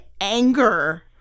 anger